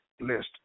list